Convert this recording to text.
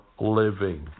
living